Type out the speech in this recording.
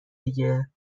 دیگه